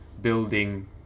building